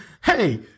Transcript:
Hey